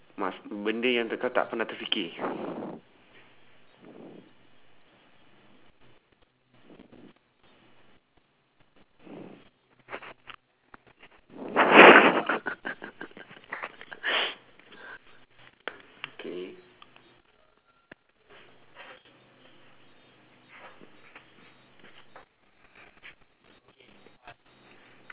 bende yang kau tak pernah terfikir